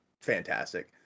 fantastic